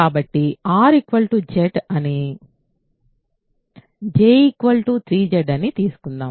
కాబట్టి R Z అని I 2Z అని J 3Z అని తీసుకుందాం